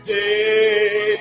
day